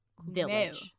village